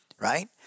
Right